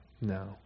no